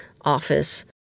Office